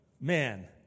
Man